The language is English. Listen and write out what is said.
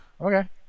Okay